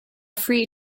free